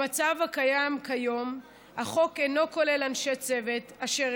במצב הקיים כיום החוק אינו כולל אנשי צוות אשר